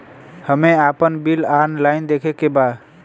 हमे आपन bill online देखे के बा?